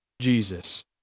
Jesus